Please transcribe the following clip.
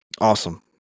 Awesome